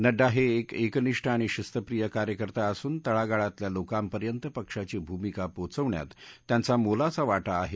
नड्डा हे कि क्रिनिष्ठ आणि शिस्तप्रिय कार्यकर्ता असून तळागाळातल्या लोकांपर्यंत पक्षाची भूमिका पोहोचवण्यात त्यांचा मोलाचा वा तिआहे